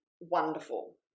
wonderful